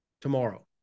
tomorrow